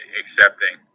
accepting